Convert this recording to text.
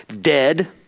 Dead